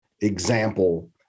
example